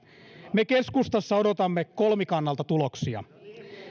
me keskustassa odotamme kolmikannalta tuloksia